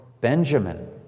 Benjamin